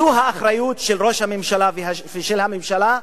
זו האחריות של ראש הממשלה ושל הממשלה,